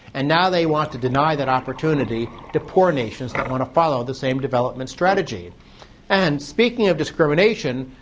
and now they want to deny that opportunity to poor nations that want to follow the same development strategy and speaking of discrimination,